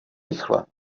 rychle